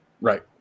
Right